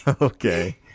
Okay